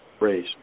raise